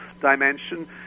dimension